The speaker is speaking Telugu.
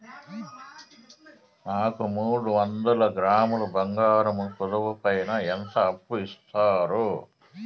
నాకు మూడు వందల గ్రాములు బంగారం కుదువు పైన ఎంత అప్పు ఇస్తారు?